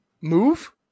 Move